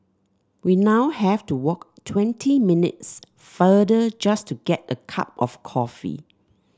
we now have to walk twenty minutes farther just to get a cup of coffee